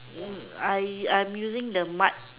I I'm using the mud